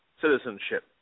citizenship